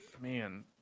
Man